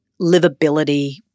livability